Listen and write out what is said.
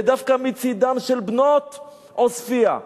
ודווקא מצדן של בנות עוספיא,